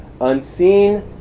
unseen